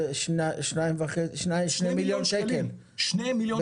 זה שני מיליון שקל בחודשיים,